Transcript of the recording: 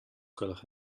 gwelwch